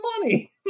money